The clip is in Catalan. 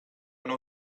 una